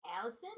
Allison